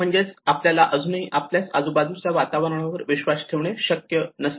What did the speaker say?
म्हणजेच आपल्याला अजूनही आपल्याच आजूबाजूच्या वातावरणावर विश्वास ठेवणे शक्य नसते